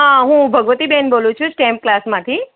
હા હું ભગવતીબેન બોલું છું સ્ટેમ ક્લાસમાંથી